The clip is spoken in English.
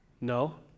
no